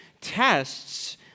tests